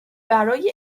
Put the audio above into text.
برای